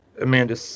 Amanda